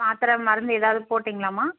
மாத்திரை மருந்து எதாவது போட்டிங்களாமா